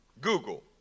Google